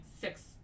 six